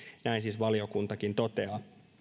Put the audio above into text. näin siis valiokuntakin toteaa